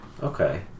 Okay